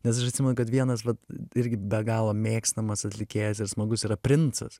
nes aš atsimenu kad vienas vat irgi be galo mėgstamas atlikėjas ir smagus yra princas